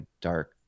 dark